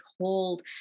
hold